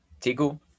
Tiku